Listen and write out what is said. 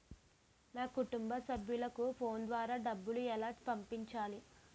నా కుటుంబ సభ్యులకు ఫోన్ ద్వారా డబ్బులు ఎలా పంపించాలి?